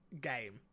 game